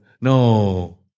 no